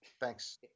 Thanks